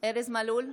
ארז מלול,